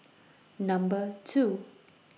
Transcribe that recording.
Number two